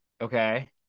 Okay